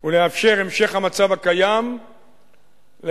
ולאפשר המשך המצב הקיים לגבי